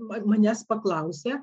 man manęs paklausė